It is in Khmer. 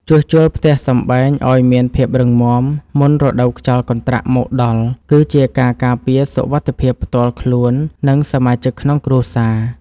ជួសជុលផ្ទះសម្បែងឱ្យមានភាពរឹងមាំមុនរដូវខ្យល់កន្ត្រាក់មកដល់គឺជាការការពារសុវត្ថិភាពផ្ទាល់ខ្លួន និង សមាជិកក្នុងគ្រួសារ។